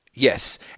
Yes